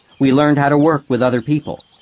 we learned how to work with other people.